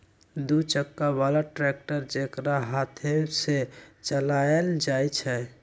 दू चक्का बला ट्रैक्टर जेकरा हाथे से चलायल जाइ छइ